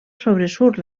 sobresurt